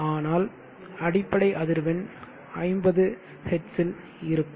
ஆனால் அடிப்படை அதிர்வெண் 50 Hertz இல் இருக்கும்